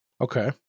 Okay